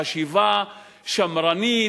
חשיבה שמרנית.